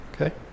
okay